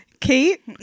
Kate